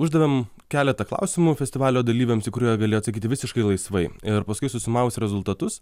uždavėm keletą klausimų festivalio dalyviams į kur jie galėjo atsakyti visiškai laisvai ir paskui susumavus rezultatus